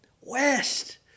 West